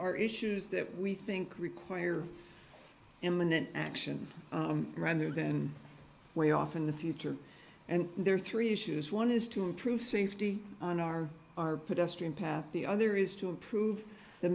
are issues that we think require imminent action rather than way off in the future and there are three issues one is to improve safety on our our pedestrian path the other is to improve the